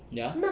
ya